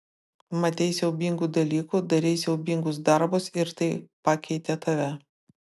matei siaubingų dalykų darei siaubingus darbus ir tai pakeitė tave